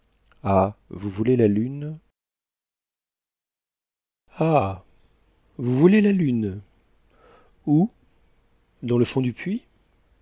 ah vous voulez la lune où dans le fond du puits